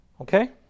okay